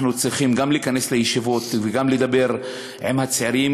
אנחנו צריכים גם להיכנס לישיבות וגם לדבר עם הצעירים,